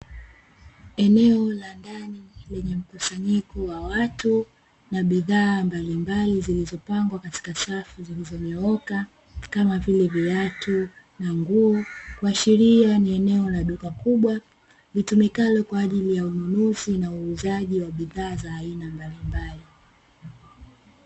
Eneo la ndani lenye mkusanyiko wa watu na bidhaa mbalimbali zilizopangwa katika safu zilizonyooka, kama vile viatu na nguo, kuashiria ni eneo la duka kubwa litumikalo kwa ajili ya ununuzi na uuzaji wa bidhaa za aina mbalimbali.